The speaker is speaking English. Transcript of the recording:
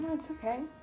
it's okay.